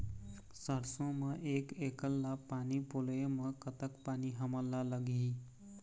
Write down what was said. सरसों म एक एकड़ ला पानी पलोए म कतक पानी हमन ला लगही?